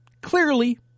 Clearly